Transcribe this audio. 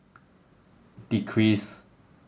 decrease